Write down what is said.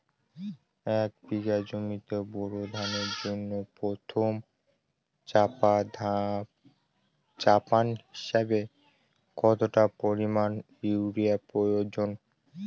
এক বিঘা জমিতে বোরো ধানের জন্য প্রথম চাপান হিসাবে কতটা পরিমাণ ইউরিয়া প্রয়োজন?